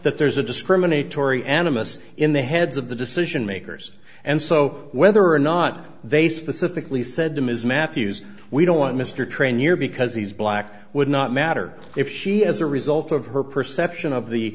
that there's a discriminatory animists in the heads of the decision makers and so whether or not they specifically said them is matthews we don't want mr train here because he's black would not matter if she as a result of her perception of the